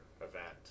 event